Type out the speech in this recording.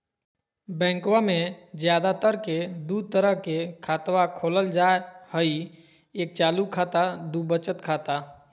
बैंकवा मे ज्यादा तर के दूध तरह के खातवा खोलल जाय हई एक चालू खाता दू वचत खाता